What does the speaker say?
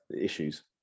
issues